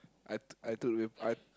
I I told him I